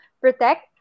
protect